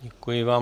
Děkuji vám.